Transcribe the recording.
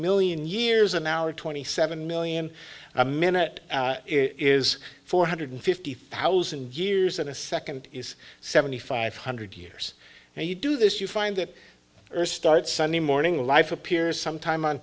million years an hour twenty seven million a minute is four hundred fifty thousand years and a second is seventy five hundred years and you do this you find that earth starts sunday morning life appears sometime on